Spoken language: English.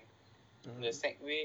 mmhmm